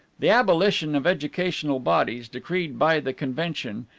the abolition of educational bodies, decreed by the convention,